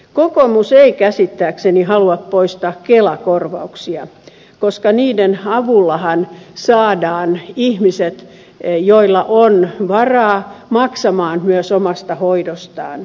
kokoomus ei käsittääkseni halua poistaa kelakorvauksia koska niiden avullahan saadaan ihmiset joilla on varaa maksamaan myös omasta hoidostaan